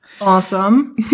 Awesome